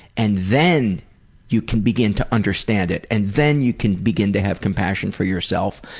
and then you can begin to understand it. and then you can begin to have compassion for yourself.